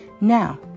Now